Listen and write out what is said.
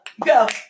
go